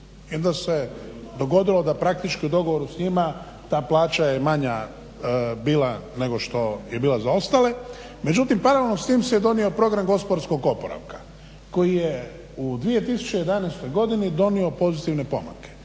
I onda se dogodilo da praktički u dogovoru s njima ta plaća je manja bila nego što je bila za ostale, međutim paralelno s tim se je donio program gospodarskog oporavka koji je u 2011. godini donio pozitivne pomake